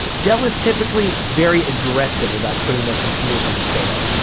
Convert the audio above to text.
dell is typically very aggressive about putting their computers on sale.